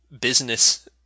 business –